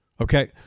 Okay